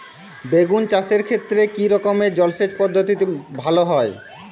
বেগুন চাষের ক্ষেত্রে কি রকমের জলসেচ পদ্ধতি ভালো হয়?